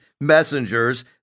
messengers